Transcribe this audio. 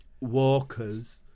walkers